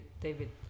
david